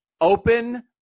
open